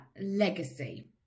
legacy